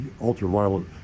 ultraviolet